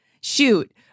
Shoot